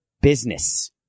business